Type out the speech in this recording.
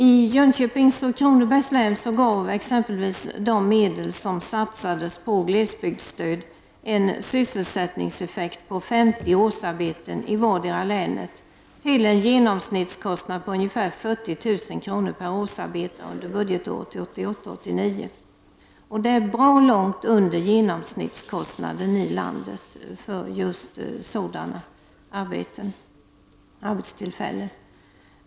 I Jönköpings och i Kronobergs län gav exempelvis de medel som satsades på glesbygdsstöd en sysselsättningseffekt på 50 årsarbeten i vartdera länet till en genomsnittskostnad på ungefär 40 000 kr. per årsarbetare under budgetåret 1988/89. Det är bra långt under genomsnittskostnaden i landet för just sådana arbetstillfällen.